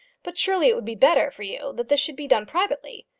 but surely it would be better for you that this should be done privately.